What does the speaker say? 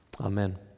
amen